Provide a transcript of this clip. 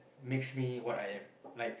makes me what I am like